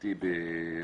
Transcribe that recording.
הממשלתי בבריאות.